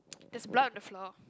there's blood on the floor